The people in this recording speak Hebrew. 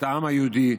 את העם היהודי,